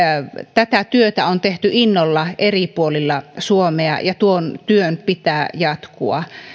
tätä työtä on tehty innolla eri puolilla suomea ja tuon työn pitää jatkua